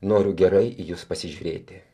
noriu gerai į jus pasižiūrėti